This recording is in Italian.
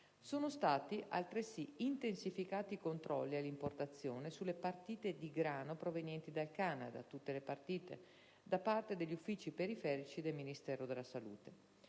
Sono stati, altresì, intensificati i controlli all'importazione su tutte le partite dì grano provenienti dal Canada, da parte dagli uffici periferici del Ministero della salute.